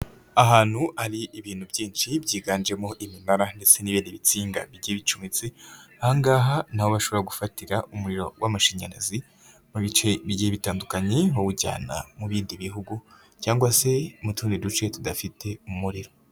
Ahantu hari ibintu byinshi byiganjemo iminara ndetse n'ibindi bisinga bigiye bicometse, ahangaha ni aho baba bashobora gufatira umuriro w'amashanyarazi mu bice bibiri bitandukanye bawujyana mu bindi bihugu cyangwa se mu tundi duce tudafite umuriro.